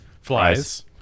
flies